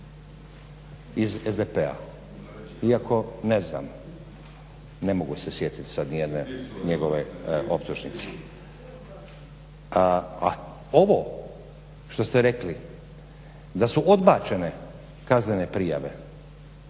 iz SDP-a, iako ne znam ne mogu se sjetiti sada nijedne njegove optužnice. A ovo što ste rekli da su odbačene kaznene prijave